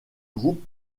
groupes